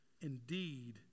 indeed